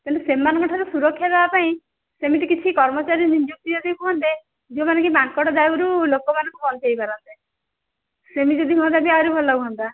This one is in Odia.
କିନ୍ତୁ ସେମାନଙ୍କଠାରୁ ସୁରକ୍ଷା ଦେବା ପାଇଁ ସେମିତି କିଛି କର୍ମଚାରୀ ଯଦି ନିଯୁକ୍ତି ହୁଅନ୍ତେ ଯେଉଁମନେ କି ମାଙ୍କଡ଼ ଦାଉରୁ ଲୋକମାନଙ୍କୁ ବଞ୍ଚାଇପାରନ୍ତେ ସେମିତି ଯଦି ହୁଅନ୍ତା ଯଦି ଆହୁରି ଭଲ ହୁଅନ୍ତା